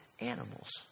animals